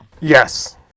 yes